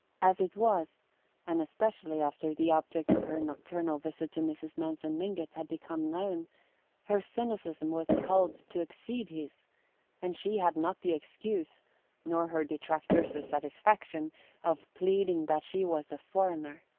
as it was and especially after the object of her nocturnal visit to mrs. manson mingott had become known her cynicism was held to exceed his and she had not the excuse nor her detractors the satisfaction of pleading that she was a foreigner.